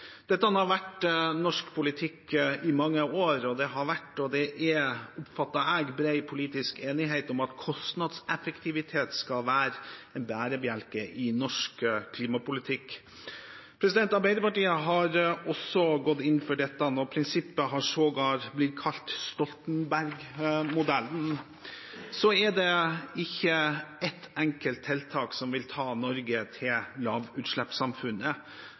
Dette har vært norsk politikk i mange år, og det har vært og er – oppfatter jeg – bred politisk enighet om at kostnadseffektivitet skal være en bærebjelke i norsk klimapolitikk. Arbeiderpartiet har også gått inn for dette, og prinsippet har sågar blitt kalt Stoltenberg-modellen. Det er ikke ett enkelt tiltak som vil ta Norge til lavutslippssamfunnet.